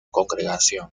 congregación